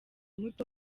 muto